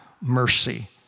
mercy